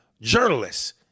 journalists